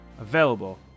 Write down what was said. available